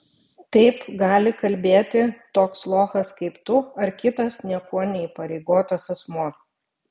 taip gali kalbėti toks lochas kaip tu ar kitas niekuo neįpareigotas asmuo